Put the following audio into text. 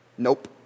nope